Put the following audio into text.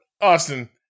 Austin